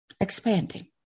expanding